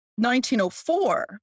1904